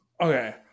okay